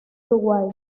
uruguay